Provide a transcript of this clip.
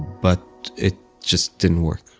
but it just didn't work